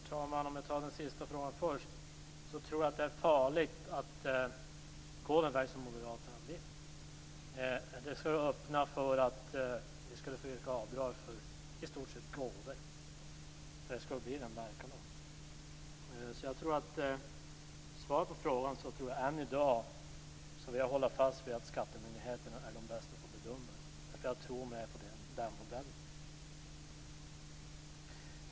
Herr talman! Jag tar den sista frågan först. Jag tror att det är farligt att gå den väg som moderaterna vill gå. Det skulle öppna för möjligheter att yrka på avdrag i stort sett för gåvor. Det är den verkan som det skulle få. Mitt svar på frågan är att jag än i dag vill hålla fast vid att skattemyndigheterna är bäst på att bedöma detta.